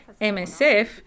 MSF